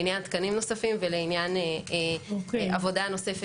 עניין תקנים נוספים ולעניין עבודה נוספת